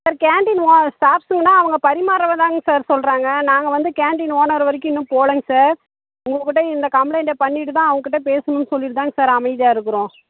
sir கேன்டீனில் ஸ்டாஃப்ஸுங்கன்னா அவங்க பரிமாறவங்கதாங்க சார் சொல்லுறாங்க நாங்கள் வந்து கேன்டீன் ஓனர் வரைக்கும் இன்னும் போகலங்க சார் உங்கள்கிட்ட இந்த கம்ப்ளைன்ட்டை பண்ணிவிட்டு தான் அவங்ககிட்ட பேசணும்னு சொல்லிவிட்டு தான் சார் அமைதியாக இருக்கிறோம்